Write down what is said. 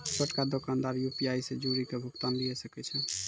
छोटका दोकानदार यू.पी.आई से जुड़ि के भुगतान लिये सकै छै